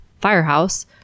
firehouse